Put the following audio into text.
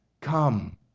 come